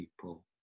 people